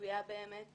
עשויה באמת